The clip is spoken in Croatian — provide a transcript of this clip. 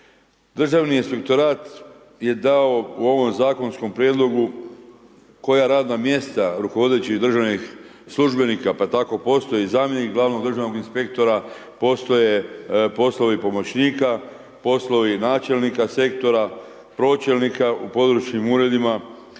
Državni inspektorat je dao u ovom zakonskom prijedlogu koja radna mjesta rukovodećih državnih službenika, pa tako postoji zamjenik glavnog državnog inspektora, postoje poslovi pomoćnika, poslovi načelnika sektora, pročelnika u područnim uredima,